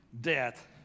death